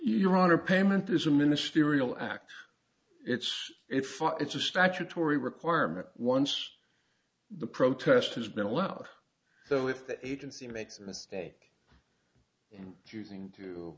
your honor payment is a ministerial act it's a fine it's a statutory requirement once the protest has been allowed so if the agency make the mistake in choosing to